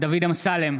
דוד אמסלם,